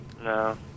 No